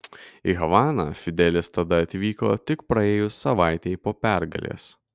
į havaną fidelis tada atvyko tik praėjus savaitei po pergalės